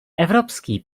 evropský